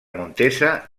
montesa